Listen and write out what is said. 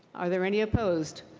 are there any opposed?